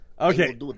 Okay